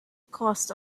cost